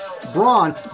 Braun